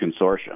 consortium